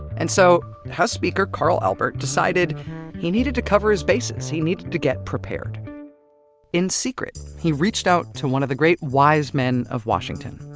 and so, house speaker carl albert decided he needed to cover his bases, he needed to get prepared in secret, he reached out to one of the great wise men of washington,